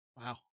Wow